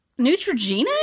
Neutrogena